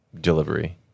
delivery